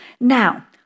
Now